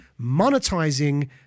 monetizing